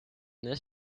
this